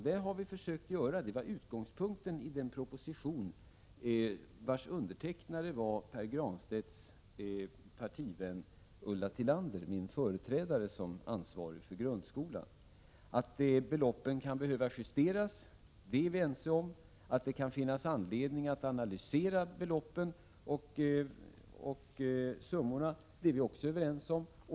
Det har vi försökt göra — det var utgångspunkten i den proposition vars undertecknare var Pär Granstedts partivän Ulla Tillander, min företrädare som ansvarig för grundskolan. Att beloppen kan behöva justeras är vi ense om. Att det kan finnas anledning att analysera beloppen och summorna är vi också överens om.